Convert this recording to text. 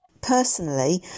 Personally